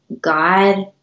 God